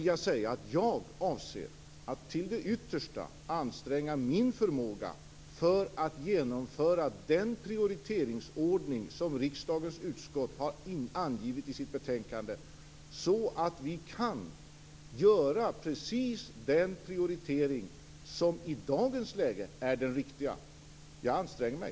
Jag avser att till det yttersta anstränga min förmåga för att genomföra den prioriteringsordning som riksdagens utskott har angivit i sitt betänkande, så att vi kan göra precis den prioritering som i dagens läge är den riktiga. Jag anstränger mig.